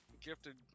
gifted